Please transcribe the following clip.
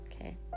okay